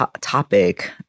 topic